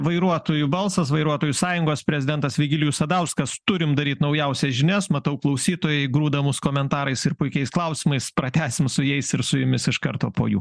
vairuotojų balsas vairuotojų sąjungos prezidentas vigilijus sadauskas turim daryt naujausias žinias matau klausytojai grūda mus komentarais ir puikiais klausimais pratęsim su jais ir su jumis iš karto po jų